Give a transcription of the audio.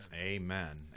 Amen